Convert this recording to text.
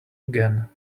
again